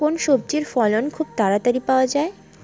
কোন সবজির ফলন খুব তাড়াতাড়ি পাওয়া যায়?